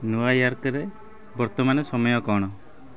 ନ୍ୟୁୟର୍କରେ ବର୍ତ୍ତମାନ ସମୟ କ'ଣ